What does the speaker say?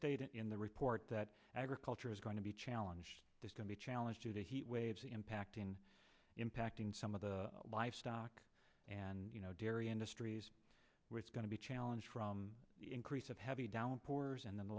stated in the report that agriculture is going to be challenged there's going to challenge to the heatwaves the impact in impacting some of the livestock and you know dairy industries where it's going to be a challenge from the increase of heavy downpours and the